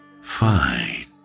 Fine